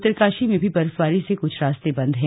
उत्तरकाशी में भी बर्फबारी से कुछ रास्ते बंद हैं